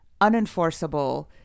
unenforceable